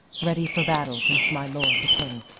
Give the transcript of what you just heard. ready for battle gainst my lord the king.